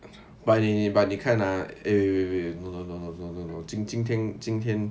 but 你 but 你看 ah eh wait wait no no no no no no no 今今天今天